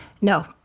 No